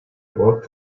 awoke